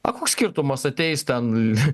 a koks skirtumas ateis ten